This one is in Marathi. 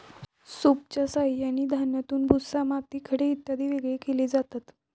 सूपच्या साहाय्याने धान्यातून भुसा, माती, खडे इत्यादी वेगळे केले जातात